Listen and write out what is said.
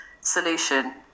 solution